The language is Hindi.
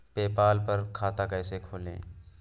पेपाल पर खाता कैसे खोलें?